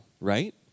right